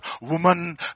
woman